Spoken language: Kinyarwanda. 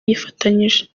yifatanyije